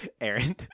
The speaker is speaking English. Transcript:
Aaron